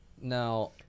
Now